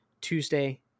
Tuesday